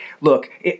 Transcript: Look